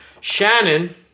Shannon